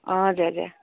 हजुर हजुर